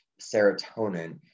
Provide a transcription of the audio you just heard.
serotonin